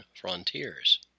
frontiers